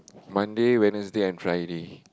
Monday Wednesday and Friday